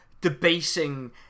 debasing